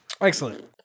Excellent